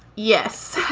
yes,